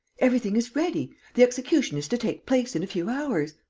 everything is ready. the execution is to take place in a few hours.